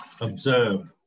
observe